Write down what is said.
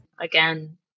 Again